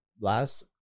last